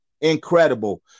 incredible